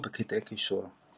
בקטעי קישור.